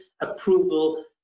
approval